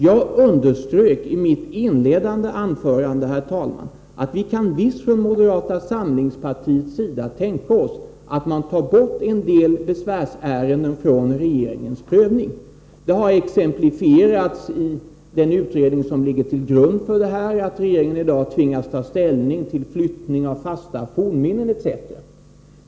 Jag underströk i mitt inledande anförande, herr talman, att vi kan visst från moderata samlingspartiets sida tänka oss att man tar bort en del besvärsärenden från regeringens prövning. Det har exemplifierats, i den utredning som ligger till grund för det här förslaget, med att regeringen i dag tvingas ta ställning till flyttning av fasta fornminnen etc.